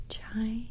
Chai